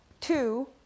Two